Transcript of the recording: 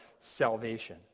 salvation